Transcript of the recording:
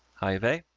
i have a,